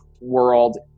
World